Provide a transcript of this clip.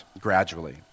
gradually